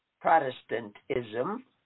Protestantism